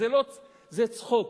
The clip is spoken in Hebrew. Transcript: זה צחוק.